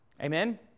Amen